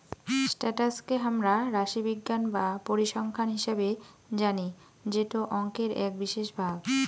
status কে হামরা রাশিবিজ্ঞান বা পরিসংখ্যান হিসেবে জানি যেটো অংকের এক বিশেষ ভাগ